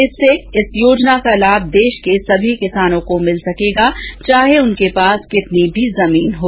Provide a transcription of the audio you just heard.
इससे इस योजना का लाभ देश के सभी किसानों को मिल सकेगा चाहे उनके पास कितनी भी जमीन हो